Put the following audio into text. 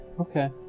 Okay